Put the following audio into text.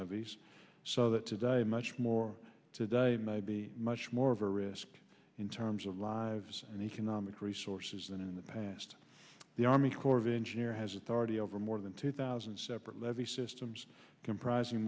levees so that today much more today may be much more of a risk in terms of lives and economic resources than in the past the army corps of engineers has authority over more than two thousand separate levee systems compris